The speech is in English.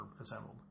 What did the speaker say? assembled